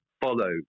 follow